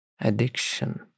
addiction